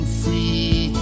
free